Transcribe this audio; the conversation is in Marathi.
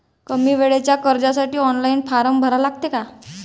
कमी वेळेच्या कर्जासाठी ऑनलाईन फारम भरा लागते का?